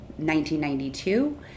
1992